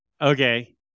okay